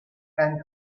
and